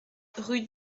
rue